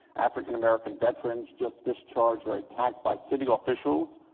african american veterans just discharged are attacked by city officials.